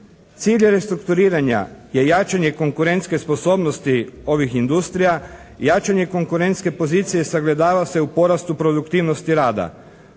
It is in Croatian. Cilj restrukturiranja je jačanje konkurentske sposobnosti ovih industrija, jačanje konkurentske pozicije sagledava se u porastu produktivnosti rada.